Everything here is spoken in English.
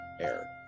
air